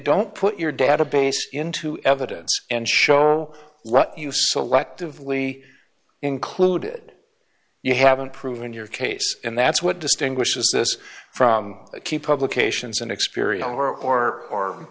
don't put your database into evidence and show what you selectively included you haven't proven your case and that's what distinguishes us from key publications inexperienced or or